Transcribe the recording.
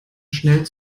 schnell